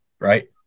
right